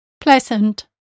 Pleasant